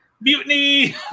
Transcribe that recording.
Mutiny